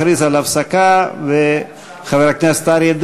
שמעתי את כל הנאום של שר האוצר,